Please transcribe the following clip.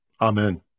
Amen